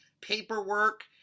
paperwork